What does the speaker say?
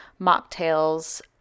mocktails